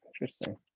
interesting